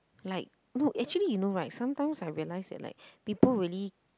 like no actually you know right sometimes I realize that like people really